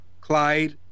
Clyde